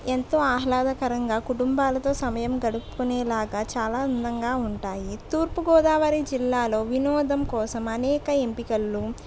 ఎంతో ఆహ్లాదకరంగా కుటుంబాలతో సమయం గడుపుకునేలాగా చాలా అందంగా ఉంటాయి తూర్పుగోదావరి జిల్లాలో వినోదం కోసం అనేక ఎంపికలు